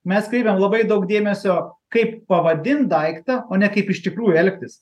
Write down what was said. mes kreipiam labai daug dėmesio kaip pavadint daiktą o ne kaip iš tikrųjų elgtis